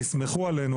תסמכו עלינו,